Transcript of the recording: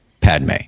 padme